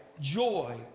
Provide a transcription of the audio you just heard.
joy